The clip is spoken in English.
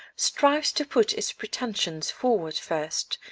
strives to put its pretensions forward first,